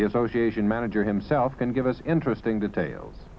the association manager himself can give us interesting details